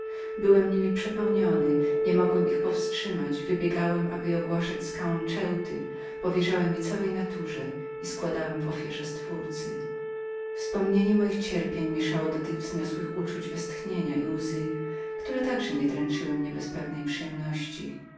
byłem niemi przepełniony niemogłem ich powstrzymać wybiegłem aby je ogłaszać skałom ceuty powierzałem je całej naturze i składałem w ofierze mojemu stwórcy wspomnienie moich cierpień mieszało do tych wzniosłych uczuć westchnienia i łzy które także nie dręczyły mnie bez pewnej przyjemności